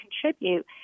contribute